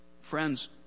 Friends